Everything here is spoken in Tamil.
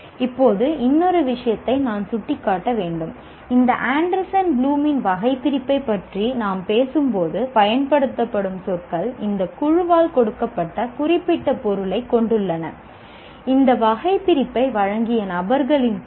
இப்போது இன்னொரு விஷயத்தை நான் சுட்டிக்காட்ட வேண்டும் இந்த ஆண்டர்சன் ப்ளூமின் வகைபிரிப்பைப் பற்றி நாம் பேசும்போது பயன்படுத்தப்படும் சொற்கள் இந்த குழுவால் கொடுக்கப்பட்ட குறிப்பிட்ட பொருளைக் கொண்டுள்ளன இந்த வகைபிரிப்பை வழங்கிய நபர்களின் குழு